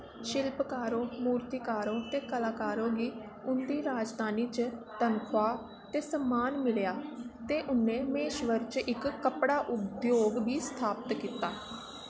शिल्पकारें मूर्तिकारें ते कलाकारें गी उं'दी राजधानी च तनखाह् ते सम्मान मिलेआ ते उ'नें महेश्वर च इक कपड़ा उद्योग बी स्थापत कीता